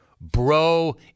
Bro